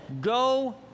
go